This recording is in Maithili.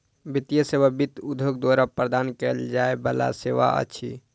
वित्तीय सेवा वित्त उद्योग द्वारा प्रदान कयल जाय बला सेवा अछि